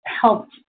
helped